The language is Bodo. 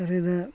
एरैनो